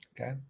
okay